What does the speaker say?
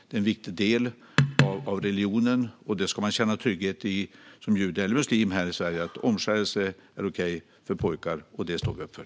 Det är en viktig del av religionen, och man ska som jude eller muslim här i Sverige känna trygghet i att omskärelse för pojkar är okej. Det står vi upp för.